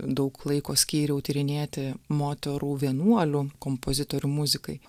daug laiko skyriau tyrinėti moterų vienuolių kompozitorių muzikai